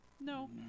No